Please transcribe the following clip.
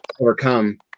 overcome